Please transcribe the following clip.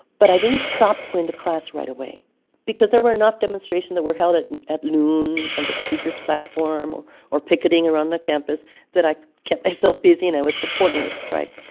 but i didn't stop going to class right away because there were enough demonstrations that were held at and at noon on the speaker's platform or or picketing around the campus that i kept myself busy and i was supporting the strike.